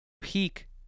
peak